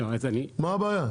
מה הבעיה?